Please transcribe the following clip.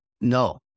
No